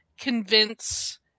convince